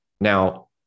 Now